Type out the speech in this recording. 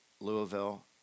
Louisville